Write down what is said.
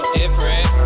different